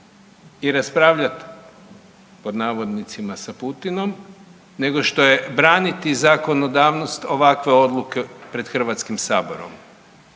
i raspravljati pod navodnicima sa Putinom nego što je braniti zakonodavnost ovakve odluke pred Hrvatskim saborom.